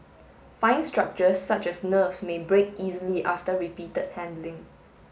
fine structures such as nerves may break easily after repeated handling